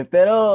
Pero